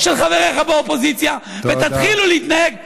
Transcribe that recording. של חבריך באופוזיציה ותתחילו להתנהג בתרבות,